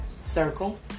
Circle